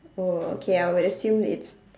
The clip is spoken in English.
oh okay I would assume it's